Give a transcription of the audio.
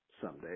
someday